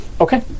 Okay